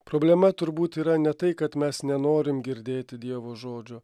problema turbūt yra ne tai kad mes nenorim girdėti dievo žodžio